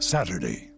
Saturday